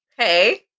Okay